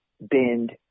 bend